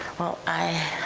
well, i